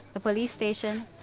the police station?